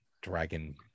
Dragon